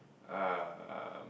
um